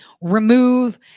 remove